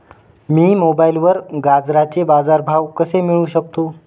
मी मोबाईलवर गाजराचे बाजार भाव कसे मिळवू शकतो?